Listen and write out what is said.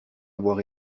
avoir